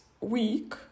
week